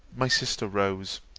my sister rose,